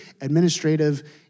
administrative